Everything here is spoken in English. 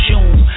June